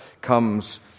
comes